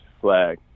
flag